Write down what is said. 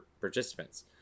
participants